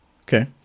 Okay